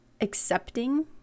accepting